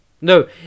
No